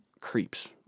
creeps